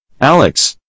Alex